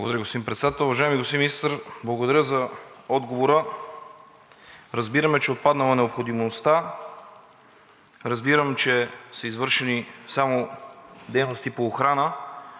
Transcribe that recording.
Благодаря, господин Председател. Уважаеми господин Министър, благодаря за отговора. Разбираме, че е отпаднала необходимостта, разбирам, че са извършени само дейности по охрана,